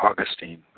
Augustine